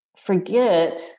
forget